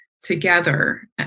together